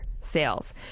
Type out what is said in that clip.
sales